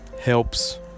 helps